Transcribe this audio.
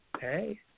Hey